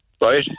right